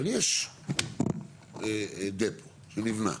אבל יש דפו שנבנה.